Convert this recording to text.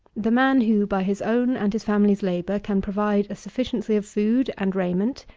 the man who, by his own and his family's labour, can provide a sufficiency of food and raiment,